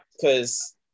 cause